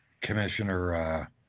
Commissioner